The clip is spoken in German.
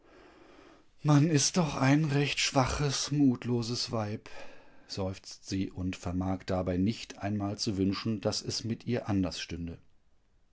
man ist doch ein recht schwaches mutloses weib seufzt sie und vermag dabei nicht einmal zu wünschen daß es mit ihr anders stünde